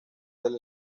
del